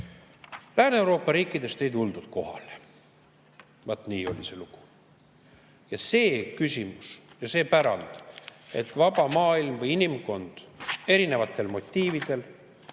Lääne-Euroopa riikidest ei tuldud kohale. Vaat nii oli see lugu. Ja see küsimus ja see pärand, et vaba maailm või inimkond erinevatel motiividel